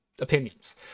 opinions